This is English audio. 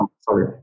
Sorry